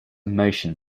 motion